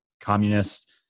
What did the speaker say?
communist